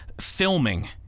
filming